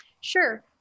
Sure